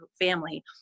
family